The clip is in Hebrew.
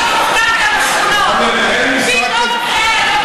אין מושג כזה.